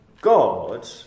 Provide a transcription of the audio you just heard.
God